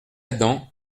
adam